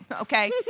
okay